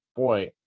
Boy